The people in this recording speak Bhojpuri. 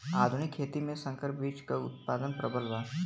आधुनिक खेती में संकर बीज क उतपादन प्रबल बा